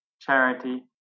charity